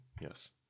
yes